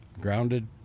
grounded